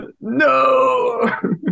No